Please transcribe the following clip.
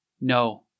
No